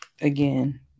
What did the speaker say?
again